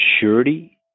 surety